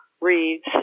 reads